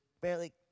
barely